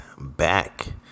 back